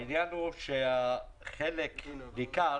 העניין הוא שחלק ניכר